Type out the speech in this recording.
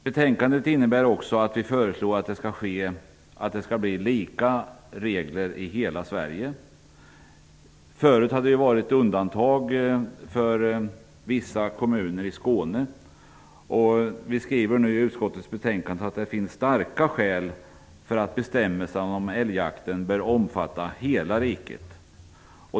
Betänkandet innebär också att vi föreslår att det skall bli lika regler i hela Sverige. Förut har det varit undantag för vissa kommuner i Skåne. Vi skriver nu i utskottets betänkande att det finns starka skäl för att bestämmelserna om älgjakten bör omfatta hela riket.